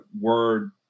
word